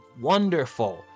wonderful